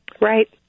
Right